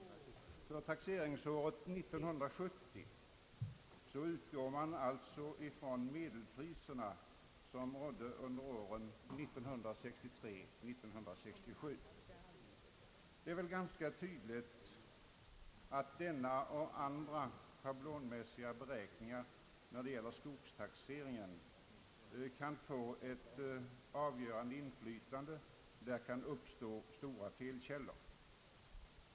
För taxeringsåret 1970 utgår man således från medelpriserna under åren 1963—1967. Det är väl ganska tydligt att denna och andra schablonmässiga beräkning ar när det gäller skogstaxeringen kan få avgörande inflytande och att det därvid kan uppstå stora felkällor.